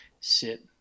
sit